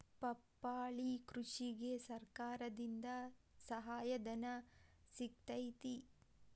ಪಪ್ಪಾಳಿ ಕೃಷಿಗೆ ಸರ್ಕಾರದಿಂದ ಸಹಾಯಧನ ಸಿಗತೈತಿ